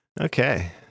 Okay